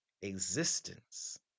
existence